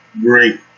great